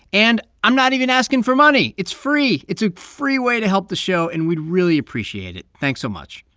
and i'm not even asking for money. it's free. it's a free way to help the show, and we'd really appreciate it. thanks so much.